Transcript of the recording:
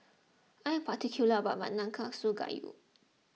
I am particular about my Nanakusa Gayu